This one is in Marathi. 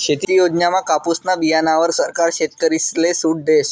शेती योजनामा कापुसना बीयाणावर सरकार शेतकरीसले सूट देस